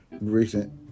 recent